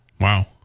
Wow